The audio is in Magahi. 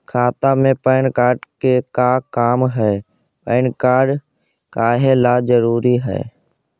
खाता में पैन कार्ड के का काम है पैन कार्ड काहे ला जरूरी है?